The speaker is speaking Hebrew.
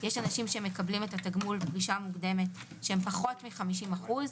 יש אנשים שמקבלים תגמול פרישה מוקדמת שהם פחות מ-50% נכות.